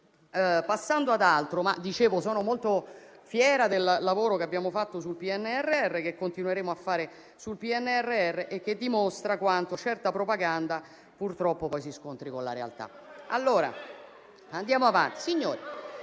Come dicevo, sono molto fiera del lavoro che abbiamo fatto e che continueremo a fare sul PNRR, che dimostra quanto certa propaganda purtroppo poi si scontri con la realtà.